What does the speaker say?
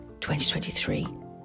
2023